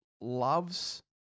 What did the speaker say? loves